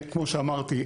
כמו שאמרתי,